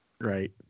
right